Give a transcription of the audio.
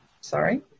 Sorry